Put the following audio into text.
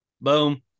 boom